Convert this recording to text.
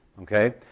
okay